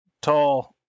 tall